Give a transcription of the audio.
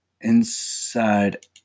Inside